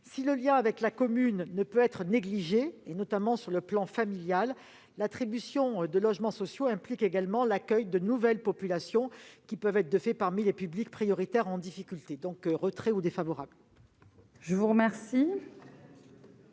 Si le lien avec la commune ne peut être négligé, notamment sur le plan familial, l'attribution de logements sociaux implique également l'accueil de nouvelles populations, en particulier parmi les publics prioritaires en difficulté. J'en demande donc le